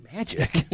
Magic